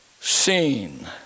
seen